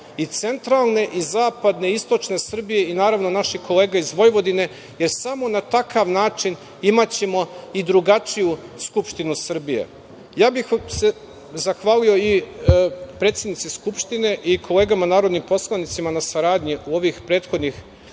i centralne i zapadne i istočne Srbije i naravno naših kolega iz Vojvodine, jer samo na takav način imaćemo i drugačiju Skupštinu Srbije. Ja bih se zahvalio i predsednici Skupštine i kolegama narodnim poslanicima na saradnji u ove prethodne